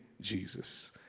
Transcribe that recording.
Jesus